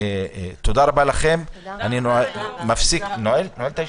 תודה רבה לכם, אני נועל את הישיבה.